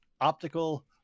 optical